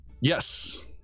Yes